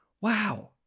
Wow